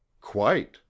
Quite